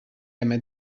emet